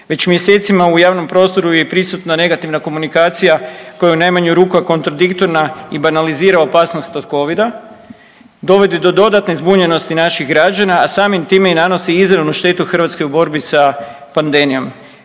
Već mjesecima u javnom prostoru je prisutna negativna komunikacija koja je u najmanju ruku je kontradiktorna i banalizira opasnost od covida, dovodi do dodatne zbunjenosti naših građana, a samim time i nanosi izravnu štetu Hrvatskoj u borbi sa pandemijom.